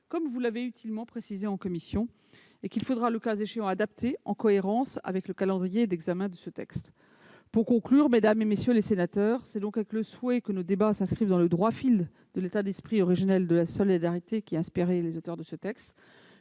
que vous avez utilement précisée en commission et qu'il faudra, le cas échéant, adapter, en cohérence avec le calendrier d'examen de ce texte. Mesdames, messieurs les sénateurs, c'est donc avec le souhait que nos débats s'inscrivent dans le droit fil de l'état d'esprit originel de solidarité qui a inspiré les auteurs de ce texte